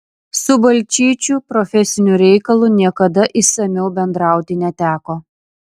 su balčyčiu profesiniu reikalu niekada išsamiau bendrauti neteko